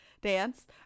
dance